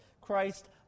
Christ